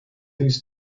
least